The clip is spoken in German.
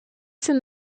sind